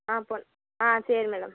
ஆ பொன் ஆ சரி மேடம்